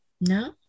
No